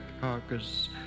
carcass